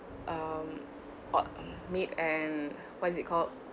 um oh make and what is it called